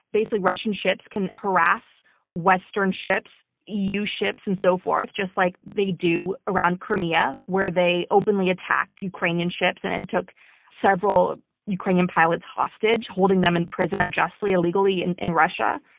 basically, russian ships can harass western ships, use ships and so forth, just like they do around crimea, where they openly attacked ukrainian ships and and took several ukrainian pilots hostage, holding them in prison unjustly, illegally and in russia.